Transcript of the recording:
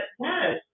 yes